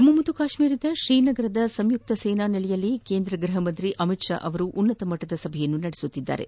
ಜಮ್ನು ಮತ್ತು ಕಾಶ್ಮೀರದ ಶ್ರೀನಗರದ ಸಂಯುಕ್ತ ಸೇನಾ ನೆಲೆಯಲ್ಲಿ ಕೇಂದ್ರ ಗೃಹ ಸಚಿವ ಅಮಿತ್ ಶಾ ಉನ್ನತ ಮಟ್ಟದ ಸಭೆ ನಡೆಸುತ್ತಿದ್ದು